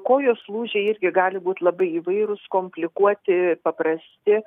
kojos lūžiai irgi gali būt labai įvairūs komplikuoti paprasti